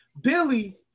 Billy